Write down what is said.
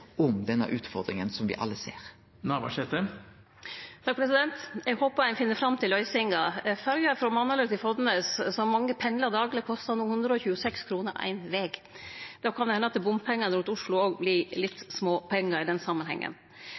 om denne utfordringa som me alle ser. Eg håpar ein finn fram til løysingar. Ferja frå Mannheller til Fodnes, som mange pendlar med dagleg, kostar no 126 kr éin veg. Då kan det hende at til og med bompengane rundt Oslo vert småpengar i den samanhengen.